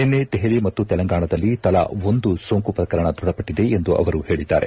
ನಿನ್ನೆ ದೆಹಲಿ ಮತ್ತು ತೆಲಂಗಾಣದಲ್ಲಿ ತಲಾ ಒಂದು ಸೋಂಕು ಪ್ರಕರಣ ದೃಢಪಟ್ಟದೆ ಎಂದು ಅವರು ಹೇಳದ್ದಾರೆ